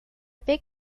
big